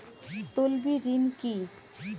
তলবি ঋন কি?